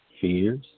fears